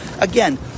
again